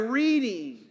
reading